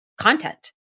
content